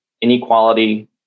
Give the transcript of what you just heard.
inequality